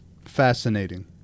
Fascinating